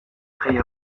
reiñ